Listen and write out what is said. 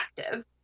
active